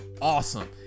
awesome